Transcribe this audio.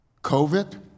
COVID